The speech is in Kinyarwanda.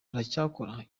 aracyakora